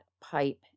pipe